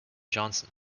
johnson